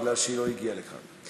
בגלל שהיא לא הגיעה לכאן.